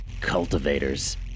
cultivators